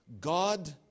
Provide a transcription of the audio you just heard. God